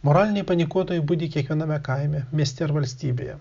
moraliniai panikuotojai budi kiekviename kaime mieste ar valstybėje